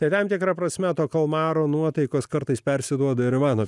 tai tam tikra prasme to kalmaro nuotaikos kartais persiduoda ir ivano